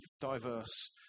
diverse